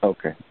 Okay